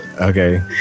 Okay